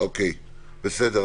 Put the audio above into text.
בסדר.